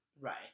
Right